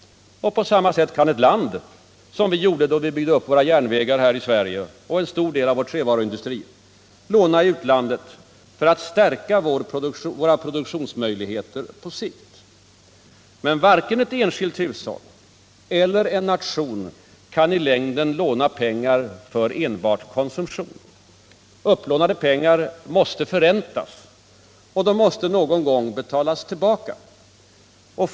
På samma sätt kan ett land — som vi gjorde då vi byggde upp våra järnvägar och en stor del av vår trävaruindustri — låna i utlandet för att stärka sina produktionsmöjligheter på sikt. Men varken ett enskilt hushåll eller en nation kan i längden låna pengar för enbart konsumtion. Upplånade pengar måste förräntas och någon gång betalas tillbaka.